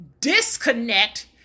disconnect